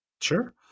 sure